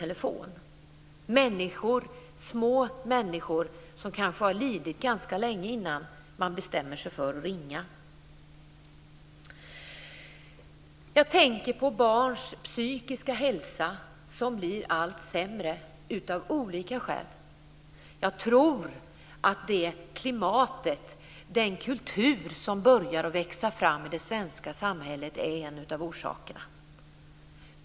Det är små människor som kanske har lidit ganska länge innan de bestämmer sig för att ringa. Jag tänker på barns psykiska hälsa som blir allt sämre av olika skäl. Jag tror att klimatet, den kultur som börjar växa fram i det svenska samhället, är en av orsakerna.